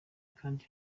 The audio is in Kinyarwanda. kandi